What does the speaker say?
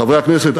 חברי הכנסת,